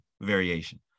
variation